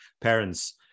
parents